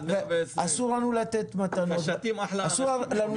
אסור לנו לתת מתנות בכנסת,